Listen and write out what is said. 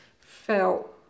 Felt